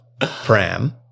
pram